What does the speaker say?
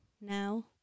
now